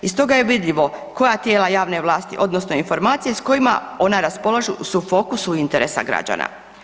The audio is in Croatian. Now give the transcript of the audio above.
Iz toga je vidljivo koja tijela javne vlasti odnosno informacije s kojima ona raspolaže su u fokusu interesa građana.